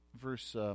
verse